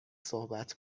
صحبت